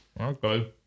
Okay